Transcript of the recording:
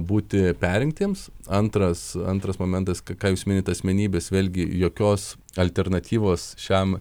būti perrinktiems antras antras momentas ką jūs minit asmenybės vėlgi jokios alternatyvos šiam